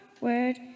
word